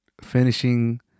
finishing